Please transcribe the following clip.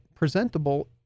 presentable